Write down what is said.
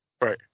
Right